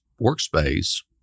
workspace